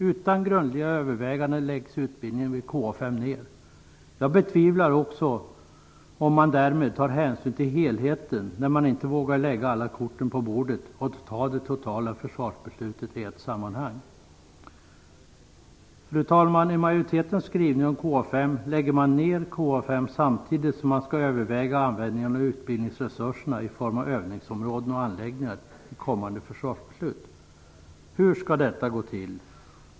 Utan grundliga överväganden läggs utbildningen vid KA 5 ned. Jag betvivlar att man tar hänsyn till helheten när man inte vågar lägga alla korten på bordet och fatta det totala försvarsbeslutet i ett sammanhang. Fru talman! I majoritetens skrivning om KA 5 förordar man en nedläggning samtidigt som man i kommande försvarsbeslut skall överväga användningen av utbildningsresurserna i form av övningsområden och anläggningar. Hur skall detta gå till?